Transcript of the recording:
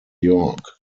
york